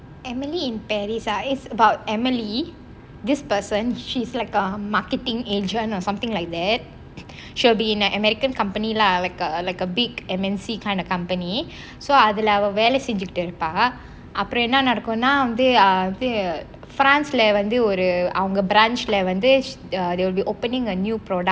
emily in paris ah it's about emily this person she's like a marketing agent or something like that she will be in an american company lah like err like err big M_N_C kind of company so அதுல அவ வேல செஞ்சிகிட்டு இருப்ப அப்பறோம் என்ன நடக்குன்ன:at hula ava vela senjikittu iruppa apporam enna nadakunna ah வந்து வந்து:vantu vantu france ல வந்து ஒரு அவங்க:la vantu oru avanga branch ல வந்து:la vantu they will be opening a new product